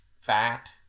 fat